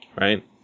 right